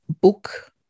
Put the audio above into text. book